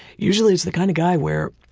usually it's the kind of guy where,